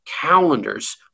calendars